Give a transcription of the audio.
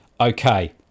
Okay